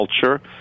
culture